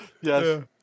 Yes